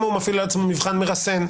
שם מפעיל לעצמו מבחן מרסן.